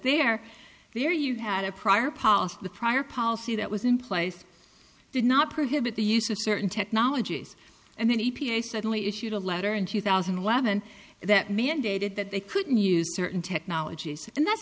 they're there you had a prior past the prior policy that was in place did not prohibit the use of certain technologies and then e p a suddenly issued a letter in two thousand and eleven that mandated that they couldn't use certain technologies and that's